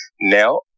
Now